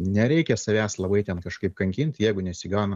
nereikia savęs labai ten kažkaip kankint jeigu nesigauna